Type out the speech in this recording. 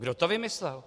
Kdo to vymyslel?